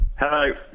Hello